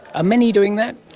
are many doing that?